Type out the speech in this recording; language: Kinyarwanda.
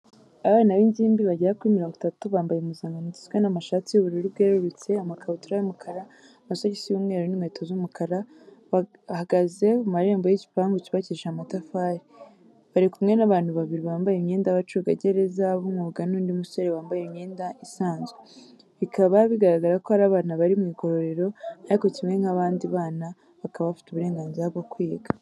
Abana b'ingimbi bagera kuri mirongo itatu, bambaye impuzankano igizwe n'amashati y'ubururu bwerurutse, amakabutura y'umukara, amasogisi y'umweru n'inkweto z'umukara, bagahaze mu marembo y'igipangu cyubakishije amatafari. Bari kumwe n'abantu babiri bambaye imyenda y'abacungagereza b'umwuga n'undi musore wambaye imyenda isanzwe. Bikaba bigaragara ko ari abana bari mu igororero, ariko kimwe nk'abandi bana, bakaba bafite uburenganzira bwo kwiga.